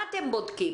מה אתם בודקים?